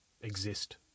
exist